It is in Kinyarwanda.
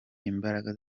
imbaraga